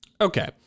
Okay